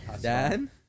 Dan